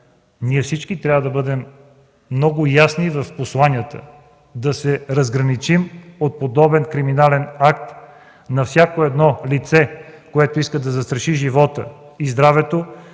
че всички ние трябва да бъдем много ясни в посланията – да се разграничим от подобен криминален акт на всяко лице, което иска да застраши живота и здравето